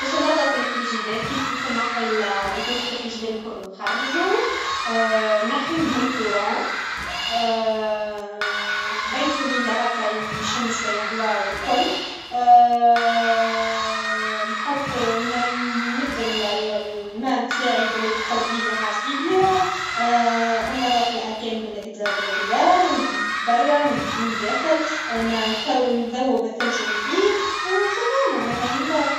باش نظف لفريشيدار كيفكيف نحي لي فوسطرلفريشيدار الكل و نخرجو نحي لكورون نبيتو ليله هكا و يشم شوي هوا و الكل نحط نمد الما تاعي بلي بخودوي لي حاجتي بيهم نظفالاركان بلجدا بلجدا من برا من داخل و نذوب الثلج لي فيه و سيبون معناها ينظاف